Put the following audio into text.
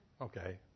Okay